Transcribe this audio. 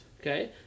Okay